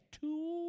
Two